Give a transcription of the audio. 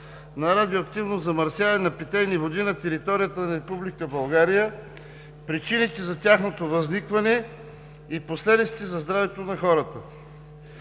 на радиоактивно замърсяване на питейни води на територията на Република България, причините за тяхното възникване и последиците за здравето на